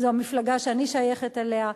זו המפלגה שאני שייכת אליה,